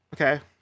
Okay